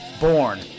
born